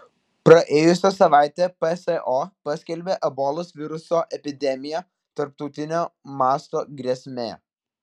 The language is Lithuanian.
praėjusią savaitę pso paskelbė ebolos viruso epidemiją tarptautinio masto grėsme